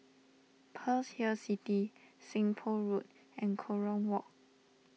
Pearl's Hill City Seng Poh Road and Kerong Walk